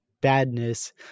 badness